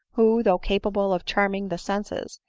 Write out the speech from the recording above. who, though capable of charming the senses,